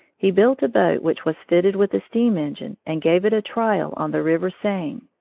he built a boat which was fitted with a steam-engine and gave it a trial on the river seine.